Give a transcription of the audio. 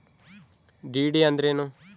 DD ಅಂದ್ರೇನು?